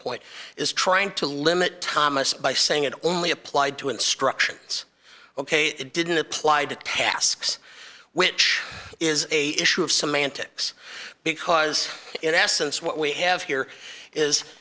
point is trying to limit thomas by saying it only applied to instructions ok it didn't apply to tasks which is a issue of semantics because in essence what we have here is